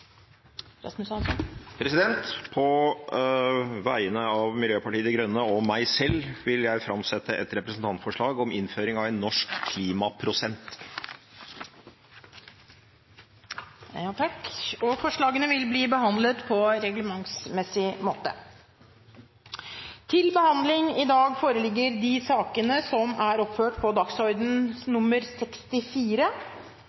På vegne av undertegnede vil jeg framsette et representantforslag om innføring av en norsk klimaprosent Forslagene vil bli behandlet på reglementsmessig måte. Før sakene på dagens kart tas opp til behandling,